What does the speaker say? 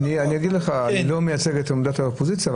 אני לא מייצג את עמדת האופוזיציה,